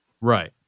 Right